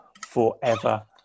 forever